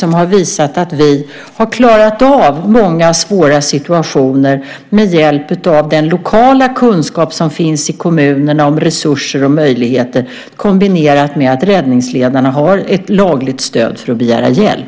Det har också visat sig att vi klarat av många svåra situationer med hjälp av den lokala kunskap om resurser och möjligheter som finns i kommunerna kombinerat med ett lagligt stöd för räddningsledarna att begära hjälp.